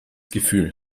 gefühl